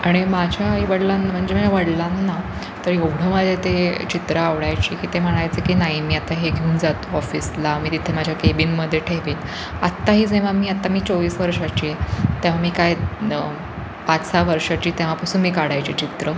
आणि माझ्या आईवडिलां म्हणजे माझ्या वडिलांना तर एवढं माझ्या ते चित्र आवडायची की ते म्हणायचं की नाही मी आता हे घेऊन जातो ऑफिसला मी तिथे माझ्या केबीनमध्ये ठेवीन आत्ताही जेव्हा मी आता मी चोवीस वर्षाची आहे तेव्हा मी काय पाच सहा वर्षाची तेव्हापासून मी काढायची चित्रं